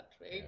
right